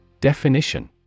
Definition